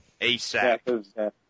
ASAP